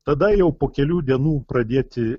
tada jau po kelių dienų pradėti